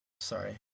Sorry